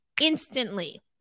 instantly